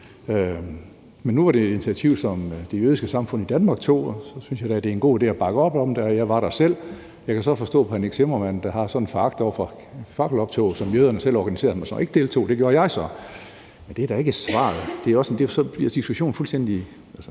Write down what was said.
ikke. Nu var det et initiativ, som Det Jødiske Samfund i Danmark tog, og så synes jeg da, det er en god idé at bakke op om det. Jeg var der selv. Jeg kan så forstå på Nick Zimmermann, der har sådan en foragt over for fakkeloptog, som jøderne selv organiserede, så ikke deltog. Det gjorde jeg så. Men det er da ikke svaret. Så bliver diskussionen fuldstændig